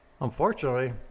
unfortunately